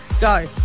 Go